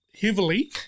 heavily